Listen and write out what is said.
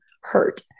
hurt